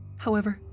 however,